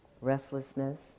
Restlessness